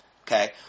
Okay